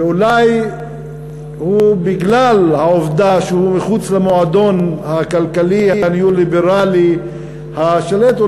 ואולי בגלל העובדה שהוא מחוץ למועדון הכלכלי הניו-ליברלי השולט,